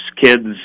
Kids